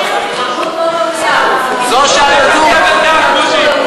זו שאננות.